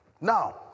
Now